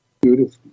Beautiful